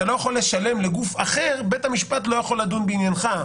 לא יכול לשלם לגוף אחר בית המשפט לא יכול לדון בעניינך,